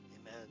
Amen